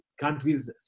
countries